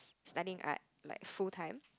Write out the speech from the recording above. studying art like full time